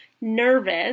nervous